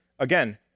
Again